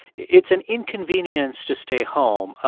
it's an inconvenience to stay home,